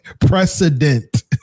precedent